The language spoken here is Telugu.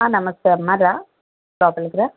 నమస్తే అమ్మా రా లోపలికి రా